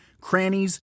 crannies